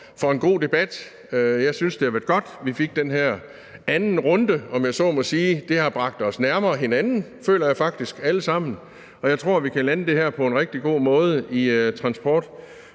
for en god debat. Jeg synes, det har været godt, at vi fik den her anden runde, om jeg så må sige, for det har bragt os nærmere hinanden, alle sammen, føler jeg faktisk. Og jeg tror, vi kan lande det her på en rigtig god måde i Transportudvalget